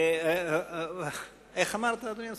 סופני.